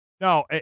No